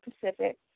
Pacific